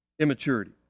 immaturity